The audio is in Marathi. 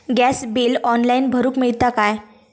गॅस बिल ऑनलाइन भरुक मिळता काय?